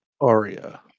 Aria